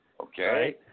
Okay